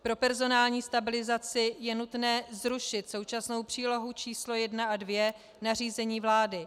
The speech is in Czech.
pro personální stabilizaci je nutné zrušit současnou přílohu číslo 1 a 2 nařízení vlády.